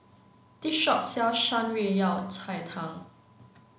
this shop sells Shan Rui Yao Cai Tang